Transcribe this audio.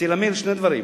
רציתי להבהיר שני דברים: